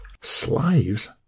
Slaves